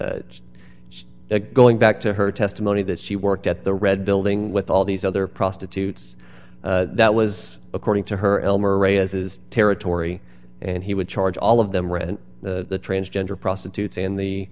as going back to her testimony that she worked at the red building with all these other prostitutes that was according to her elmer rae as his territory and he would charge all of them rent the transgender prostitutes and the